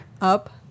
Up